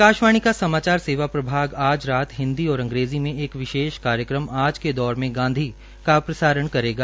आकाशवाणी का समाचार सेवा प्रभाग आज रात हिन्दी और अंग्रेजी में एक विशेष कार्यक्रमत आज के दौर में गांधी का प्रसारण करेगा